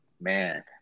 Man